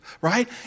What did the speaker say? right